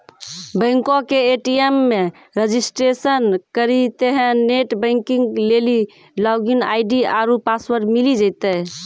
बैंको के ए.टी.एम मे रजिस्ट्रेशन करितेंह नेट बैंकिग लेली लागिन आई.डी आरु पासवर्ड मिली जैतै